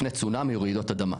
לפני צונאמי או רעידות אדמה.